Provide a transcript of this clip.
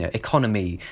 ah economy,